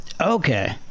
okay